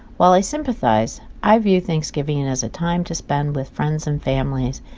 while i sympathize, i view thanksgiving as a time to spend with friends and families,